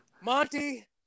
Monty